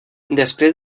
després